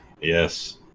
yes